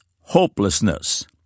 hopelessness